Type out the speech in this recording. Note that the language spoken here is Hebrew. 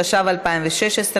התשע"ו 2016,